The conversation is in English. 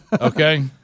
Okay